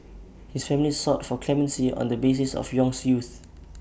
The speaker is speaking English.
his family sought for clemency on the basis of Yong's youth